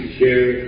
share